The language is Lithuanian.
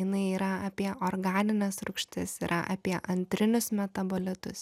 jinai yra apie organines rūgštis yra apie antrinius metabolitus